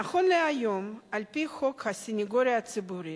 נכון להיום, על-פי חוק הסניגוריה הציבורית,